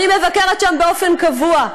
אני מבקרת שם באופן קבוע,